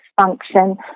function